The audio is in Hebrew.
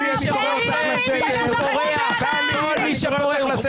אלה אזרחים ש --- טלי, אני קורא אותך לסדר.